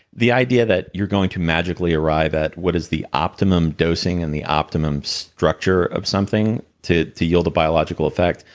the idea that you're going to magically arrive at what is the optimum dosing, and the optimum structure of something to to yield a biological effect.